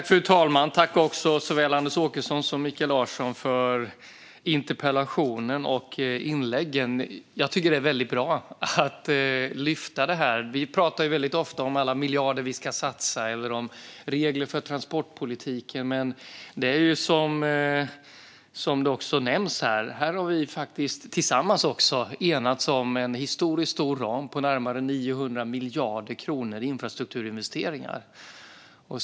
Fru talman! Tack, såväl Anders Åkesson som Mikael Larsson, för inlägget och interpellationen! Det är väldigt bra att det här lyfts upp. Vi pratar ofta om alla miljarder som vi ska satsa eller om regler för transportpolitiken. Men som också nämns här har vi tillsammans enats om en historiskt stor ram på närmare 900 miljarder kronor i infrastrukturinvesteringar.